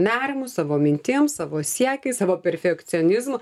nerimu savo mintim savo siekiais savo perfekcionizmu